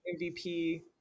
mvp